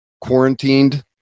quarantined